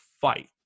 fight